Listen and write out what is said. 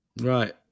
Right